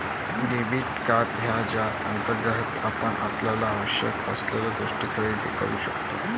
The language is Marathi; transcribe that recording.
डेबिट कार्ड आहे ज्याअंतर्गत आपण आपल्याला आवश्यक असलेल्या गोष्टी खरेदी करू शकतो